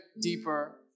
deeper